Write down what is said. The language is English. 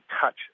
touch